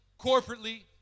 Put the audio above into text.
corporately